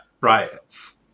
riots